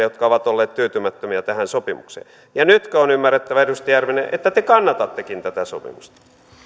jotka ovat olleet tyytymättömiä tähän sopimukseen ja nytkö on ymmärrettävä edustaja järvinen että te kannatattekin tätä sopimusta